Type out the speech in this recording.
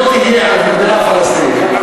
לא תהיה מדינה פלסטינית,